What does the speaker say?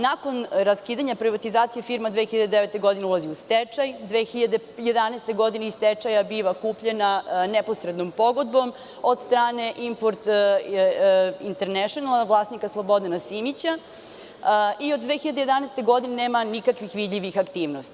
Nakon raskidanja privatizacije, firma 2009. godine ulazi u stečaj, a 2011. godine iz stečaja biva kupljena neposrednom pogodbom od strane „Import International“, vlasnika Slobodana Simića i od 2011. godine nema nikakvih vidljivih aktivnosti.